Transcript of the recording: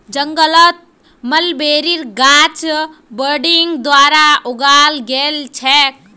जंगलत मलबेरीर गाछ बडिंग द्वारा उगाल गेल छेक